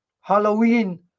Halloween